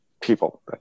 people